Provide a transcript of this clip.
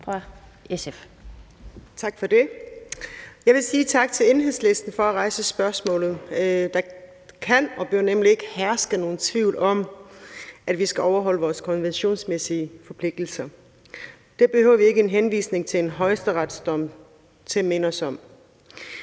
Tak for det. Jeg vil sige tak til Enhedslisten for at rejse spørgsmålet, for der kan og bør nemlig ikke herske nogen tvivl, at vi skal overholde vores konventionsmæssige forpligtelser. Det behøver vi ikke en henvisning til en højesteretsdom til at minde os om.